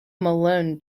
malone